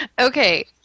Okay